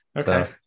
Okay